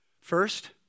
First